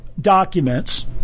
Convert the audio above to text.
documents